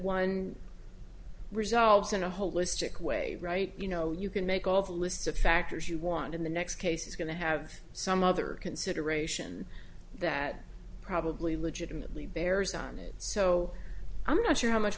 one resolves in a holistic way right you know you can make all the lists of factors you want in the next case is going to have some other consideration that probably legitimately bears on it so i'm not sure how much